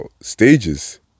stages